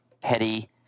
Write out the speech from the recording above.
petty